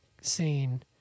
scene